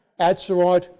atzerodt,